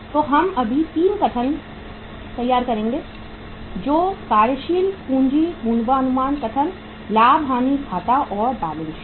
तो हम सभी 3 कथन तैयार करेंगे जो कार्यशील पूंजी पूर्वानुमान कथन लाभ और हानि खाता और बैलेंस शीट